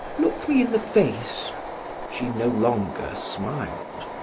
look me in the face she no longer smiled.